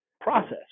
process